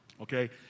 Okay